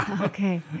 Okay